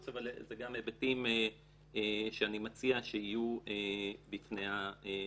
אבל זה גם היבטים שאני מציע שיהיו בפני הוועדה.